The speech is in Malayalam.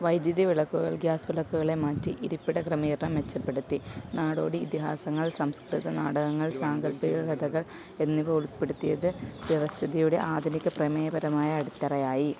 വൈദ്യുതി വിളക്കുകൾ ഗ്യാസ് വിളക്കുകളെ മാറ്റി ഇരിപ്പിട ക്രമീകരണം മെച്ചപ്പെടുത്തി നാടോടി ഇതിഹാസങ്ങൾ സംസ്കൃത നാടകങ്ങൾ സാങ്കൽപ്പിക കഥകൾ എന്നിവ ഉൾപ്പെടുത്തിയത് വ്യവസ്ഥിതിയുടെ ആധുനിക പ്രമേയപരമായ അടിത്തറയായി